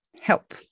Help